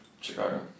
Chicago